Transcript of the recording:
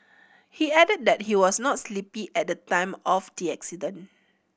he added that he was not sleepy at the time of the accident